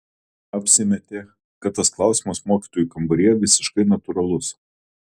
apsimetė kad tas klausimas mokytojų kambaryje visiškai natūralus